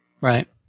Right